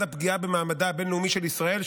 הפגיעה במעמדה הבין-לאומי של ישראל,